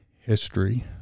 history